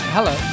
Hello